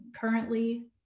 currently